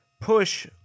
push